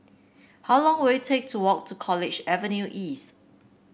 how long will it take to walk to College Avenue East